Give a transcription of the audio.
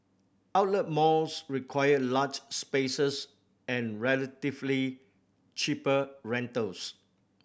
outlet malls require large spaces and relatively cheaper rentals